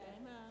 Amen